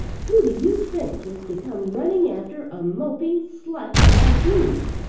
who do you think is to come running after a moping slut like you?